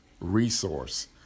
resource